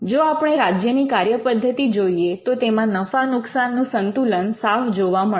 જો આપણે રાજ્યની કાર્યપદ્ધતિ જોઈએ તો તેમાં નફા નુકસાનનું સંતુલન સાફ જોવા મળશે